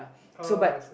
oh I see